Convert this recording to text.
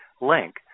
link